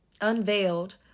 unveiled